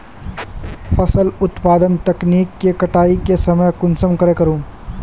फसल उत्पादन तकनीक के कटाई के समय कुंसम करे करूम?